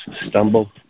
stumble